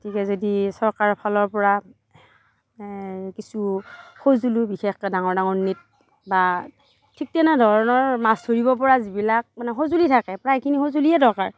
গতিকে যদি চৰকাৰৰ ফালৰ পৰা কিছু সঁজুলিও বিশেষকৈ ডাঙৰ ডাঙৰ নেট বা ঠিক তেনেধৰণৰ মাছ ধৰিব পৰা যিবিলাক মানে সঁজুলি থাকে প্ৰায়খিনি সঁজুলিয়ে দৰকাৰ